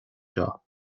seo